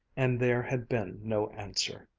and there had been no answer.